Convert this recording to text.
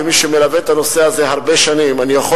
כמי שמלווה את הנושא הזה הרבה שנים אני יכול